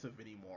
anymore